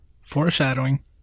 foreshadowing